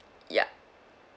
yup